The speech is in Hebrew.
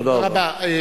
תודה רבה.